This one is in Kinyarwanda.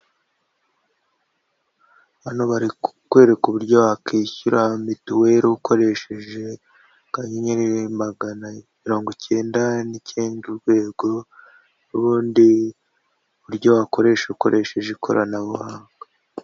Hano bari kukwereka uburyo wakwishyura mituweli ukoresheje akanyenyeri magana cyenda n'icyenda urwego, n'ubundi buryo wakoresha ukoresheje ikoranabuhanga.